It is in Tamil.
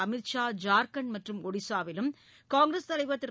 அமித் ஷா ஜார்க்கண்ட் மற்றும் ஒடிசாவிலும் காங்கிரஸ் தலைவர் திரு